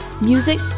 music